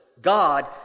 God